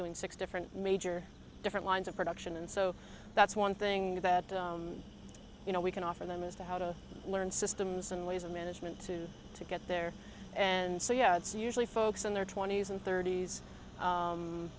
doing six different major different lines of production and so that's one thing that you know we can offer them as to how to learn systems and ways of management to to get there and so yeah it's usually folks in their twenty's and thirt